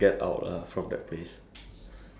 like nothing much a day ya